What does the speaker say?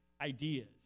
ideas